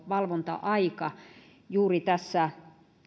valvonta aika juuri tässä